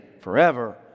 forever